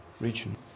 region